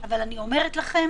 אבל אני אומרת לכם